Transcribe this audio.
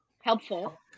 helpful